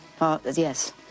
Yes